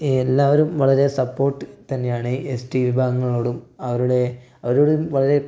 എല്ലാവരും വളരെ സപ്പോർട്ട് തന്നെയാണ് എസ്റ്റി വിഭാഗങ്ങളോടും അവരുടെ അവരോടു വളരെ